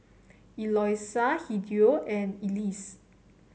Eloisa Hideo and Elease